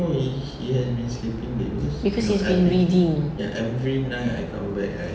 because he's been reading